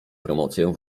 promocję